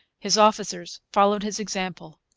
his officers followed his example.